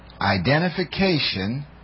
Identification